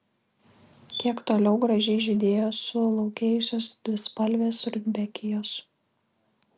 kiek toliau gražiai žydėjo sulaukėjusios dvispalvės rudbekijos